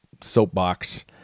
soapbox